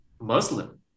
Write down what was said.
Muslim